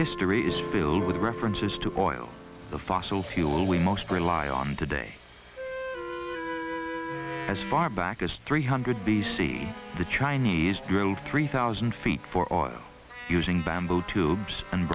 history is filled with references to oil the fossil fuel we most rely on today as far back as three hundred b c the chinese drilled three thousand feet for using bamboo tubes and